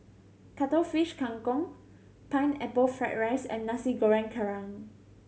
Cuttlefish Kang Kong Pineapple Fried rice and Nasi Goreng Kerang